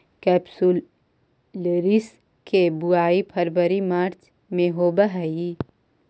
केपसुलरिस के बुवाई फरवरी मार्च में होवऽ हइ